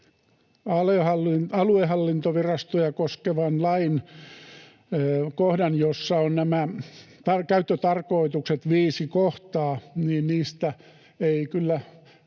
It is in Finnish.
aluehallintovirastoja koskevan lainkohdan, jossa on nämä käyttötarkoitukset, viisi kohtaa, niistä eivät kyllä